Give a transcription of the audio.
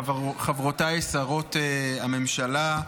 חברותיי שרות הממשלה,